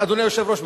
אדוני היושב-ראש,